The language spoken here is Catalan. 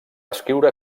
escriure